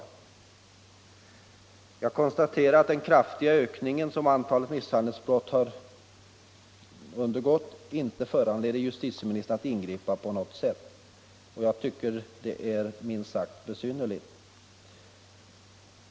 Men jag konstaterar nu att den kraftiga ökning som antalet misshandelsbrott har undergått inte föranleder justitieministern att ingripa på något sätt. Det är minst sagt besynnerligt.